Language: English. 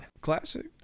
Classic